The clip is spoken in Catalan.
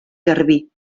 garbí